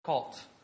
Cult